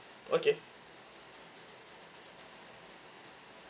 okay